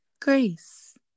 Grace